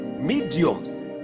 mediums